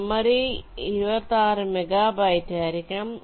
memory 26 മെഗാബൈറ്റായിരിക്കണം